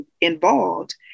involved